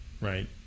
right